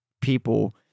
people